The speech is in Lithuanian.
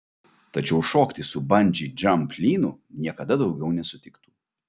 tačiau šokti su bandži džamp lynu niekada daugiau nesutiktų